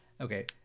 okay